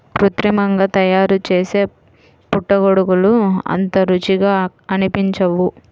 కృత్రిమంగా తయారుచేసే పుట్టగొడుగులు అంత రుచిగా అనిపించవు